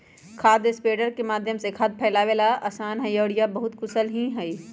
खाद स्प्रेडर के माध्यम से खाद फैलावे ला आसान हई और यह बहुत कुशल भी हई